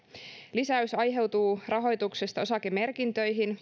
lisäys aiheutuu rahoituksesta osakemerkintöihin